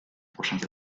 prochains